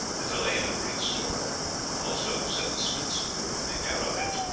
and to lay in a great store of it also to set the smiths to work to make arrow-heads.